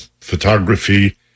photography